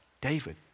David